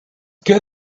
good